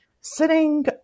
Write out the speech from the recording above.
Sitting